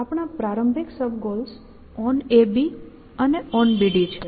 આપણા પ્રારંભિક sub goals onAB અને onBD છે